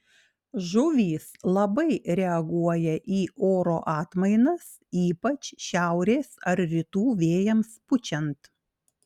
žuvys labai reaguoja į oro atmainas ypač šiaurės ar rytų vėjams pučiant